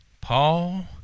Paul